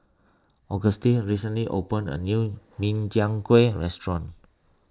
Auguste recently opened a new Min Chiang Kueh restaurant